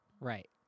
Right